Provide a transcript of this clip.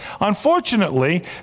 Unfortunately